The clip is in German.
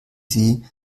sie